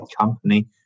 company